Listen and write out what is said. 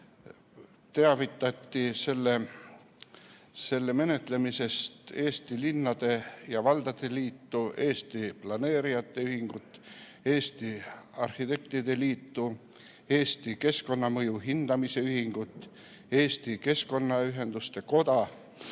teavitati selle menetlemisest Eesti Linnade ja Valdade Liitu, Eesti Planeerijate Ühingut, Eesti Arhitektide Liitu, Eesti Keskkonnamõju Hindamise Ühingut, Eesti Keskkonnaühenduste Koda,